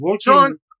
John